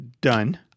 done